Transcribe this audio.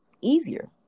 easier